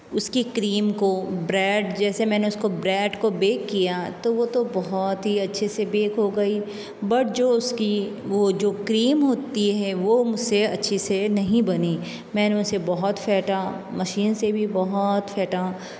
उसकी क्रीम को ब्रैड जैसे मैंने उसको ब्रैड को बेक किया तो वो तो बहुत ही अच्छे से बेक हो गई बट जो उसकी वो जो क्रीम होती है वो मुझसे अच्छे से नहीं बनी मैंने उसे बहुत फेंटा मशीन से भी बहुत फेंटा